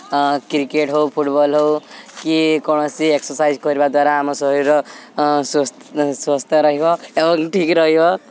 cricket ହେଉ football ହେଉ କି କୌଣସି ଏକ୍ସର୍ସାଇଜ୍ କରିବା ଦ୍ୱାରା ଆମ ଶରୀର ସୁସ୍ଥ ରହିବ ଏବଂ ଠିକ୍ ରହିବ